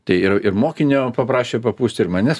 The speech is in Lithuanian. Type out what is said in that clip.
tai ir ir mokinio paprašė papūsti ir manęs